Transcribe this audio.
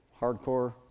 hardcore